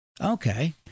Okay